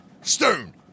Stone